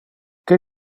que